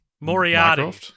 moriarty